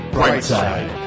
Brightside